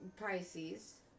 Pisces